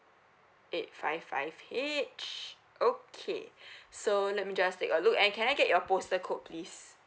eight five five H okay so let me just take a look and can I get your postal code please